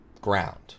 ground